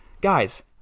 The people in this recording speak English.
Guys